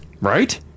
Right